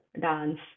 dance